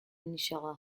initial